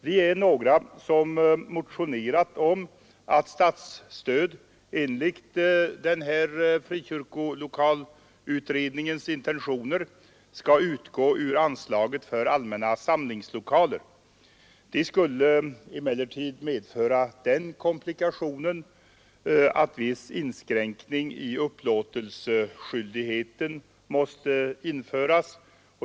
Vi är några som motionerat om att statsstöd enligt frikyrkolokalutredningens intentioner skall utgå ur anslaget för allmänna samlingslokaler. Det skulle emellertid medföra den komplikationen att viss inskränkning i upplåtelseskyldigheten måste införas.